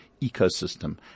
ecosystem